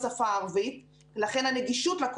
זו בדיוק הערבות ההדדית שקיימת וחשובה.